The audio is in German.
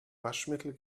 waschmittel